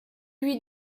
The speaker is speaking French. lui